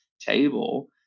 table